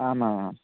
आमाम्